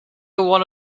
one